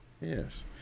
Yes